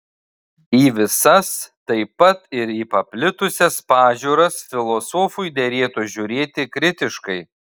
į visas taip pat ir į paplitusias pažiūras filosofui derėtų žiūrėti kritiškai